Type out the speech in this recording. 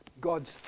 God's